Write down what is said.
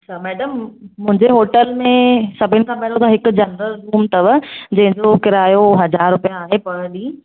अच्छा मैडम मुंहिंजे होटल में सभिनि खां पहिरियों त हिक जनरल रूम अथव जंहिंजो किरायो हज़ार रूपिया आहे पर ॾींहुं